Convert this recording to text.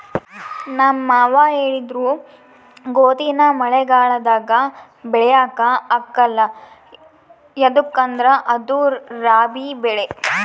ನಮ್ ಮಾವ ಹೇಳಿದ್ರು ಗೋದಿನ ಮಳೆಗಾಲದಾಗ ಬೆಳ್ಯಾಕ ಆಗ್ಕಲ್ಲ ಯದುಕಂದ್ರ ಅದು ರಾಬಿ ಬೆಳೆ